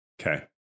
Okay